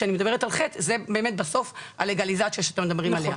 וכשאני מדברת על ח' זה למעשה בסוף הלגליזציה שאתם מדברים עליה?